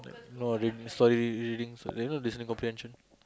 no rin~ story readings you know listening comprehension